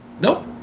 Nope